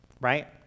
Right